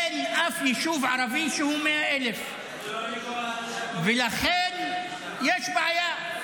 אין אף יישוב ערבי שהוא 100,000, ולכן יש בעיה.